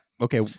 okay